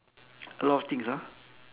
a lot of things ah